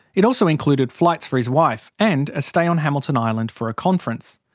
it also included flights for his wife and a stay on hamilton island for a conference.